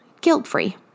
guilt-free